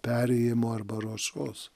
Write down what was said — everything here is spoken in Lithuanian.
perėjimo arba ruošos